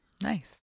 nice